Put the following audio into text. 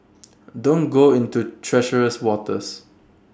don't go into treacherous waters